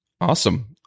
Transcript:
Awesome